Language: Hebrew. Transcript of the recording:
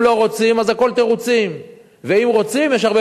אם לא רוצים, אז הכול תירוצים.